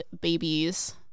babies